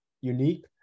unique